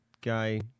guy